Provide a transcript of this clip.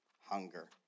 hunger